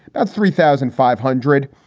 but three thousand five hundred.